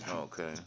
Okay